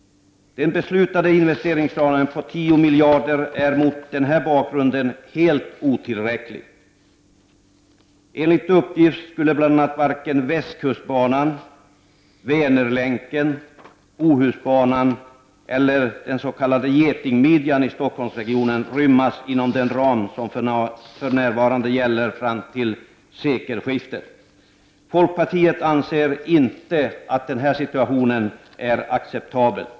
Den beslutade investeringsramen på 10 miljarder är mot denna bakgrund otillräcklig. Enligt uppgift skulle bl.a. varken västkustbanan, Vänerlänken, Bohusbanan eller den s.k. Getingmidjan i Stockholmsregionen rymmas inom den ram som för närvarande gäller fram till sekelskiftet. Folkpartiet anser inte att den situationen är acceptabel.